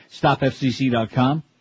stopfcc.com